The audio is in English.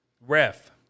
Ref